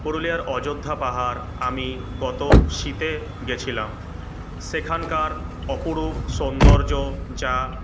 পুরুলিয়ার আযোধ্যা পাহাড় আমি গত শীতে গেছিলাম সেখানকার অপরুপ সৌন্দর্য যা